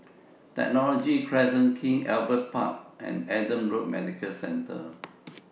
Technology Crescent King Albert Park and Adam Road Medical Centre